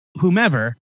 whomever